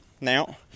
Now